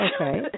Okay